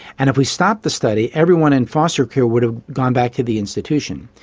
and if we stopped the study everyone in foster care would have gone back to the institution.